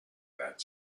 that